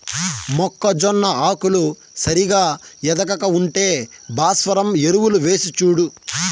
మొక్కజొన్న ఆకులు సరిగా ఎదగక ఉంటే భాస్వరం ఎరువులు వేసిచూడు